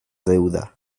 deuda